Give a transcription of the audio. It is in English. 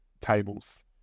tables